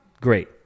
Great